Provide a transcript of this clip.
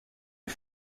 est